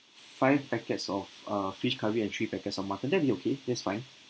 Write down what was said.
five packets of uh fish curry and three packets of mutton that'll be okay that's fine